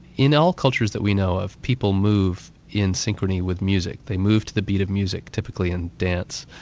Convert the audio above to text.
in all cultures that we know of, people move in synchrony with music, they move to the beat of music typically in dance,